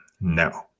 no